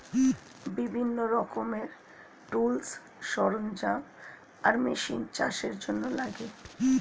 বিভিন্ন রকমের টুলস, সরঞ্জাম আর মেশিন চাষের জন্যে লাগে